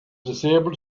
disabled